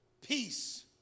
peace